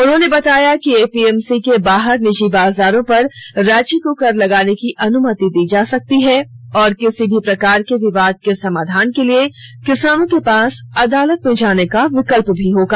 उन्होंने बताया कि एपीएमसी के बाहर निजी बाजारों पर राज्यों को कर लगाने की अनुमति दी जा सकती है और किसी भी प्रकार के विवाद के समाधान के लिए किसानों के पास अदालत में जाने का विकल्प भी होगा